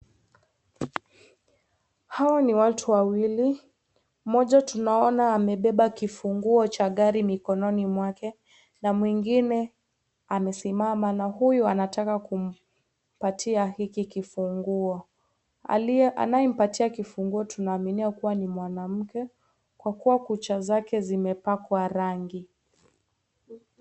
Hawa ni watu wawili, mmoja tunaona amebeba kifunguo cha gari mikononi mwake na mwingine amesimama na huyo anataka kumpatia hiki kifunguo. Anayetaka kumpatia kifunguo tunaaminia ni mwanamke kwa kuwa kucha zake zimepakwa rangi.